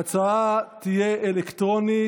ההצבעה תהיה אלקטרונית.